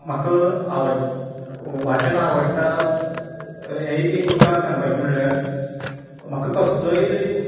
म्हाका आवड वाचन आवडटा हें एक उतरान सांगपाचें म्हळ्यार म्हाका कसलोय तरी